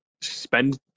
spend